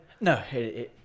No